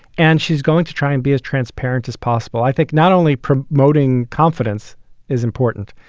and she's going to try and be as transparent as possible, i think. not only promoting confidence is important,